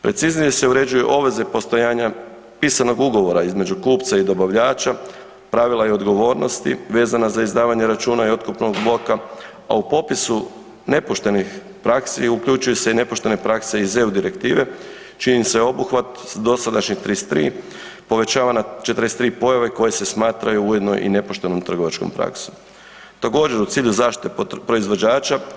Preciznije se uređuje obveze postojanja pisanog ugovora između kupca i dobavljača, pravila i odgovornosti vezana za izdavanje računa i otkupnog bloka a u popisu poštenih praksi, uključuje se i nepoštene prakse iz EU direktive čiji im se obuhvat sa dosadašnjeg 33 povećava na 43 pojave koje se smatraju ujedno i nepoštenom trgovačkom praksom, to govori o cilju zaštite proizvođača.